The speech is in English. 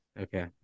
Okay